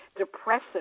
depressive